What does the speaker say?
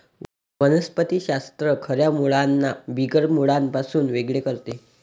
वनस्पति शास्त्र खऱ्या मुळांना बिगर मुळांपासून वेगळे करते